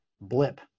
blip